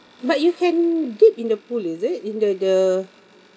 but you can dip in the pool is it in the the